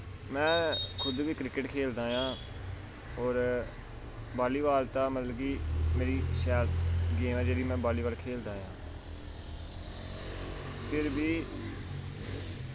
में खुद बी क्रिकेट खेलदा आं होर बाली बाल तां मतलब कि मेरी शैल गेम ऐ जेह्ड़ी में बाली बाल खेलदा आं फिर बी